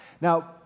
Now